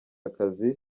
akazi